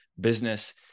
business